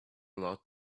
lot